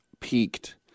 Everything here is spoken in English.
peaked